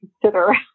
consider